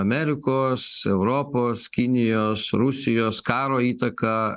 amerikos europos kinijos rusijos karo įtaką